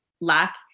lack